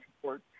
support